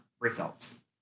results